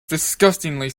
disgustingly